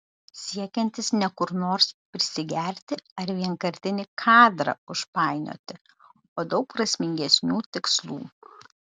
siekiantis ne kur nors prisigerti ar vienkartinį kadrą užpainioti o daug prasmingesnių tikslų